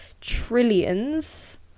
trillions